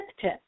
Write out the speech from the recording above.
tip